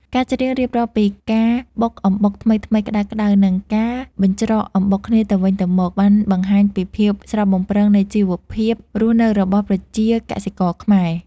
ការច្រៀងរៀបរាប់ពីការបុកអំបុកថ្មីៗក្តៅៗ និងការបញ្ច្រកអំបុកគ្នាទៅវិញទៅមក បានបង្ហាញពីភាពស្រស់បំព្រងនៃជីវភាពរស់នៅរបស់ប្រជាកសិករខ្មែរ